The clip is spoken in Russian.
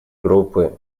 группы